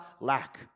lack